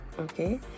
okay